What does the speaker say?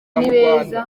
nibeza